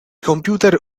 computer